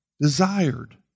desired